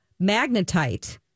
magnetite